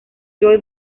joe